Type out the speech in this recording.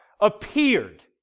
Appeared